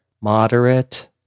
moderate